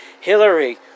Hillary